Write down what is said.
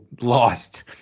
lost